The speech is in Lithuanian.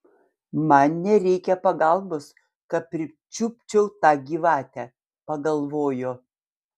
man nereikia pagalbos kad pričiupčiau tą gyvatę pagalvojo